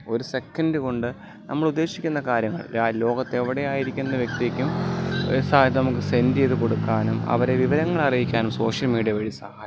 ഒരു സെക്കൻറ്റ് കൊണ്ട് നമ്മള് ഉദ്ദേശിക്കുന്ന കാര്യങ്ങൾ ലോകത്ത് എവിടെയായിരിക്കുന്ന വ്യക്തിക്കും അത് സെൻറ്റ് ചെയ്ത് കൊടുക്കാനും അവരെ വിവരങ്ങൾ അറിയിക്കാനും സോഷ്യൽ മീഡിയ വഴി സഹായിക്കുന്നു